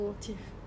achieve